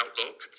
Outlook